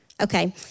Okay